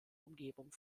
umgebung